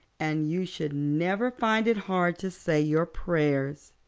and you should never find it hard to say your prayers.